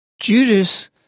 Judas